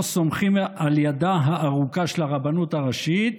סומכים על ידה הארוכה של הרבנות הראשית,